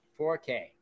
4K